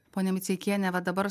ponia miceikiene va dabar